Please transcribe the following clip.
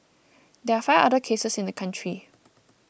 there are five other cases in the country